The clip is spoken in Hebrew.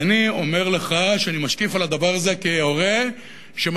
אני אומר לך שאני משקיף על הדבר הזה כהורה שמשקיף